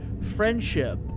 friendship